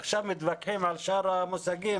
עכשיו, מתווכחים על שאר המושגים,